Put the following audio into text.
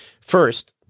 First